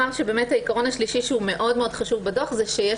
העיקרון השלישי החשוב מאוד בדוח הוא שיש